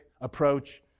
approach